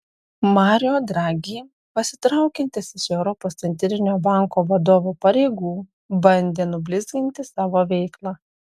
mario draghi pasitraukiantis iš europos centrinio banko vadovo pareigų bandė nublizginti savo veiklą